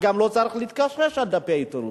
גם לא צריך להתקשקש מעל דפי העיתונות.